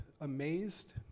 amazed